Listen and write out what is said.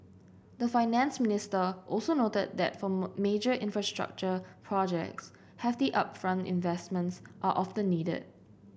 the finance minister also noted that for major infrastructure projects hefty upfront investments are often needed